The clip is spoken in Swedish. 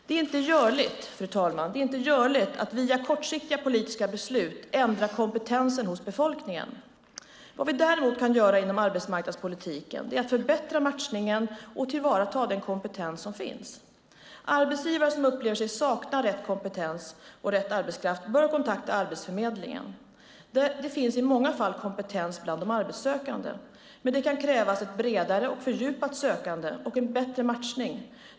Det är inte görligt att via kortsiktiga politiska beslut ändra kompetensen hos befolkningen. Vad vi däremot kan göra inom arbetsmarknadspolitiken är att förbättra matchningen och tillvaratagandet av den kompetens som finns. Arbetsgivare som upplever sig sakna rätt typ av arbetskraft bör kontakta Arbetsförmedlingen. Det finns i många fall kompetens bland de arbetssökande, men det kan krävas ett bredare, fördjupat sökande och en bättre matchning.